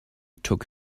took